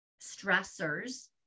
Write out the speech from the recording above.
stressors